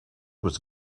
was